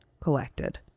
collected